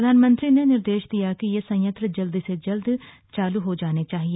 प्रधानमंत्री ने निर्देश दिया है कि ये संयंत्र जल्द से जल्द चालू हो जाने चाहिए